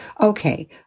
Okay